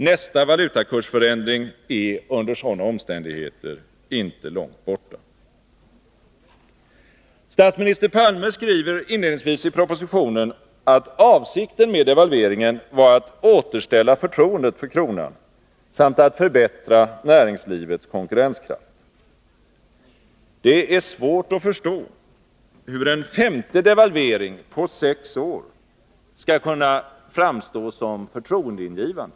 Nästa valutakursförändring är under sådana omständigheter inte långt borta. Statsminister Palme skriver inledningsvis i propositionen att avsikten med devalveringen var att återställa förtroendet för kronan samt att förbättra näringslivets konkurrenskraft. Det är svårt att förstå hur en femte devalvering på sex år skall kunna framstå som förtroendeingivande.